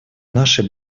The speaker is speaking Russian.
нашей